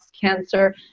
cancer